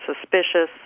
suspicious